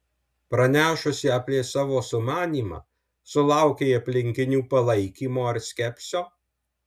pranešusi apie savo sumanymą sulaukei aplinkinių palaikymo ar skepsio